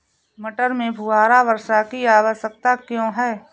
मटर में फुहारा वर्षा की आवश्यकता क्यो है?